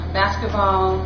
basketball